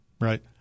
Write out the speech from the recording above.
Right